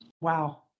Wow